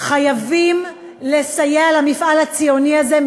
חייבים לסייע למפעל הציוני הזה.